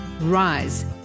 Rise